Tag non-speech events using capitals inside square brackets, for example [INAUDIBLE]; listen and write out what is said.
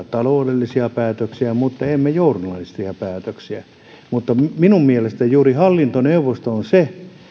[UNINTELLIGIBLE] taloudellisia päätöksiä mutta emme journalistisia päätöksiä minun mielestäni juuri hallintoneuvosto on se